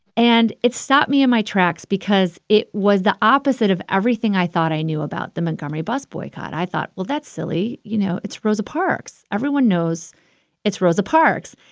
and it stopped me in my tracks because it was the opposite of everything i thought i knew about the montgomery bus boycott. i thought, well, that's silly. you know, it's rosa parks. everyone knows it's rosa parks.